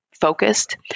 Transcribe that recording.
focused